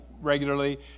regularly